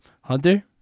Hunter